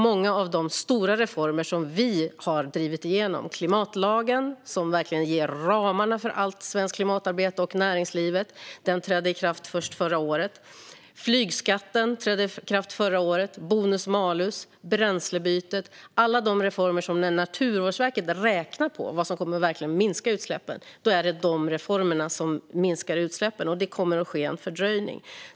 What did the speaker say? Många av de stora reformer som vi har drivit igenom, till exempel klimatlagen, som verkligen ger näringslivet ramarna för allt svenskt klimatarbete, liksom flygskatten, trädde i kraft först förra året. Vi har även bonus-malus och bränslebytet. När Naturvårdsverket räknar på vad som verkligen kommer att minska utsläppen handlar det om dessa reformer, och det kommer att ske med fördröjning.